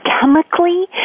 chemically